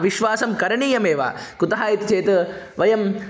विश्वासं करणीयमेव कुतः इति चेत् वयम्